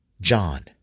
John